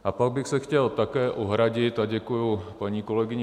A pak bych se chtěl také ohradit děkuji paní kolegyni